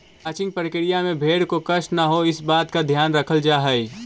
crutching प्रक्रिया में भेंड़ को कष्ट न हो, इस बात का ध्यान रखल जा हई